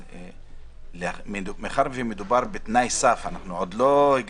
לשכת רואי החשבון, לגבי סעיף 1 ו-2.